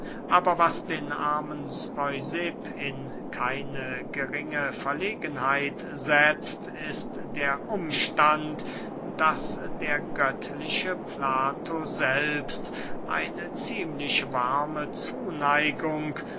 aber was den armen speusipp in keine geringe verlegenheit setzt ist der umstand daß der göttliche plato selbst eine ziemlich warme zuneigung